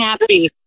happy